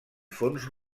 fons